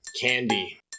Candy